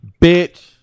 bitch